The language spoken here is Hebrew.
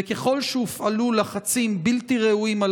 וככל שהופעלו לחצים בלתי ראויים על